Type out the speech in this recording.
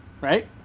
Right